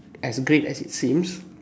as great as it seems